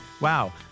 Wow